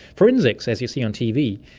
forensics, as you see on tv,